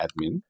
admin